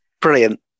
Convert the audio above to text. Brilliant